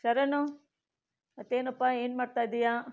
ಶರಣು ಮತ್ತೇನಪ್ಪ ಏನು ಮಾಡ್ತಾಯಿದ್ದೀಯಾ